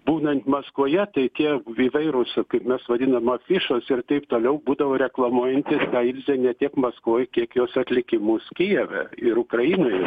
būnant maskvoje tai tie veidai rusų kaip mes vadinam afišos ir taip toliau būdavo reklamuojantys tą ilzę ne tiek maskvoj kiek jos atlikimus kijeve ir ukrainoje